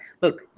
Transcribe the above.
look